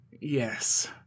yes